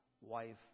wife